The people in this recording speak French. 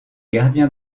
gardien